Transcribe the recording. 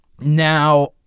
now